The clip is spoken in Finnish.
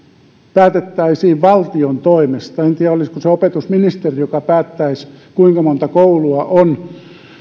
päätettäisiin valtion toimesta en tiedä olisiko se opetusministeri joka päättäisi kuinka monta koulua on